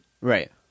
Right